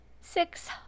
Six